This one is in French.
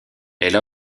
elle